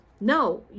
no